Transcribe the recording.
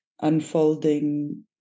unfolding